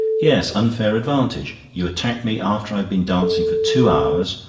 yes, unfair advantage. you attack me after i've been dancing for two hours,